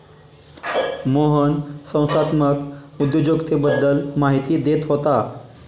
मोहन संस्थात्मक उद्योजकतेबद्दल माहिती देत होता